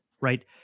right